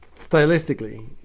stylistically